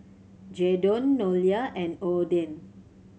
Jaydon Nolia and Odin